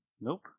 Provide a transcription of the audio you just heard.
Nope